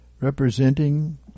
representing